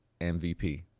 MVP